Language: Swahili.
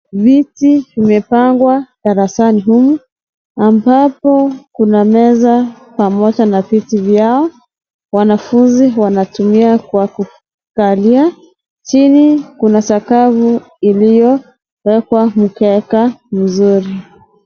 Viti imepangwa darasani humu ambapo kuna meza pamoja na viti vyao, wanafunzi wanatumia kwa kukalia, chini kuna sakafu iliyoekwa mkeka mzuri.